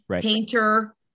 painter